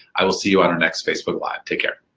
i will see you on our next facebook live. take care.